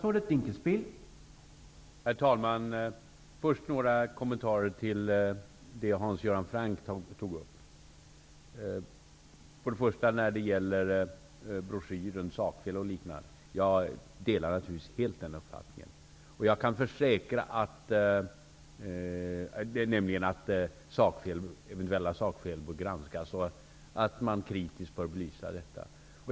Herr talman! Först några kommentarer till det som Hans Göran Franck tog upp. Till att börja med gäller det broschyren -- sakfel o.d. Jag delar naturligtvis uppfattningen att eventuella sakfel bör granskas och att man kritiskt bör belysa detta.